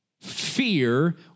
Fear